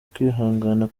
kwihangana